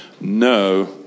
no